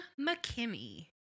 McKimmy